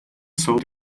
soud